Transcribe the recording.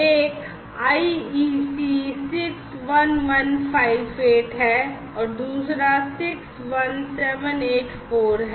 एक IEC 61158 है और दूसरा 61784 है